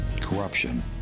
corruption